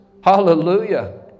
Hallelujah